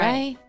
Right